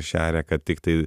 šeria kad tiktai